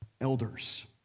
elders